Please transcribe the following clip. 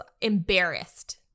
embarrassed